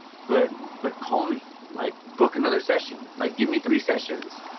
but but call me like book another session, like, give me three sessions.